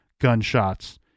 gunshots